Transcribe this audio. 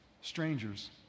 strangers